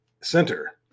center